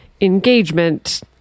engagement